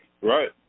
right